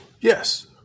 yes